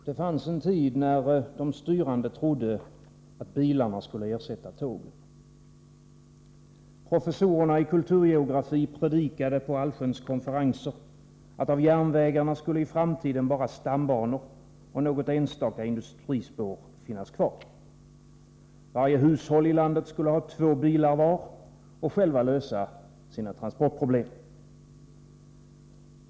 Herr talman! Det fanns en tid när de styrande trodde att bilarna skulle ersätta tågen. Professorerna i kulturgeografi predikade på konferenser att av järnvägarna skulle i framtiden bara stambanor och något enstaka industrispår finnas kvar. Varje hushåll i landet skulle ha två bilar och alla skulle själva lösa sina transportproblem.